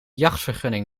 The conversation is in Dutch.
jachtvergunning